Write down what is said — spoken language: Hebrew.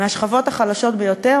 מהשכבות החלשות ביותר,